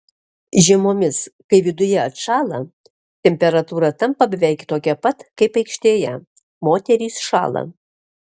žiemomis kai viduje atšąla temperatūra tampa beveik tokia pat kaip aikštėje moterys šąla